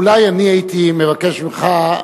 אולי הייתי מבקש ממך,